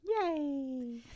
Yay